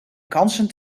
kansen